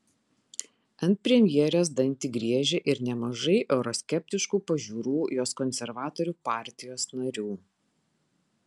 ant premjerės dantį griežia ir nemažai euroskeptiškų pažiūrų jos konservatorių partijos narių